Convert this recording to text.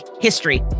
history